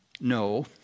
No